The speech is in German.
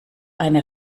eine